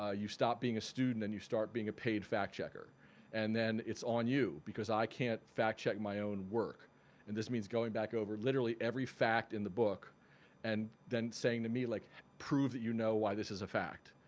ah you stop being a student and you start being a paid fact-checker and then it's on you because i can't fact-check my own work and this means going back over literally every fact in the book and then saying to me like prove that you know why this is a fact